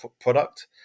product